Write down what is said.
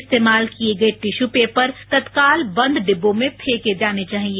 इस्तेमाल किये गये टिश्यू पेपर तत्काल बंद डिब्बों में फेंके जाने चाहिए